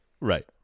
Right